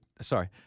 sorry